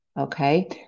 okay